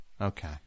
Okay